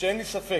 שאין לי ספק